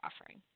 offering